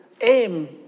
aim